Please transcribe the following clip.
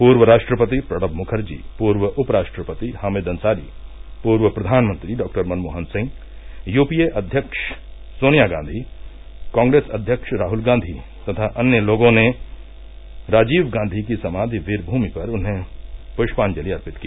पूर्व राष्ट्रपति प्रणब मुखर्जी पूर्व उपराष्ट्रपति हामिद अंसारी पूर्व प्रधानमंत्री डॉक्टर मनमोहन सिंह श्रीमती सोनिया गांधी कांग्रेस अध्यक्ष राहुल गांधी तथा अन्य लोगों ने राजीव गांधी की समाधि वीरभूमि पर उन्हें पुष्पांजलि अर्पित की